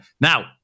Now